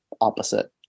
opposite